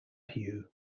hugh